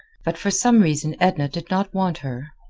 but for some reason edna did not want her.